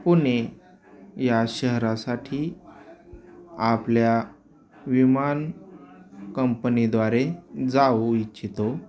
पुणे या शहरासाठी आपल्या विमान कंपनीद्वारे जाऊ इच्छितो